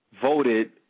voted